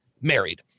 married